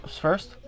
first